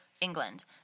England